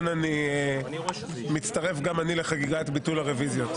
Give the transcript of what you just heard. גם אני מצטרף לחגיגת ביטול הרוויזיות.